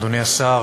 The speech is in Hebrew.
אדוני השר,